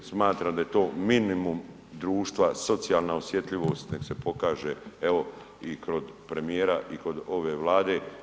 Smatram da je to minimum društva, socijalna osjetljivost neka se pokaže evo i kod premijera i kod ove Vlade.